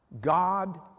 God